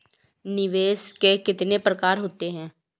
निवेश के कितने प्रकार होते हैं?